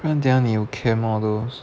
不然等下你有 camp all those